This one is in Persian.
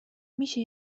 میشه